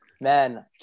Man